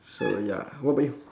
so ya what about you